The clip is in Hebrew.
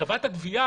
חברת הגבייה,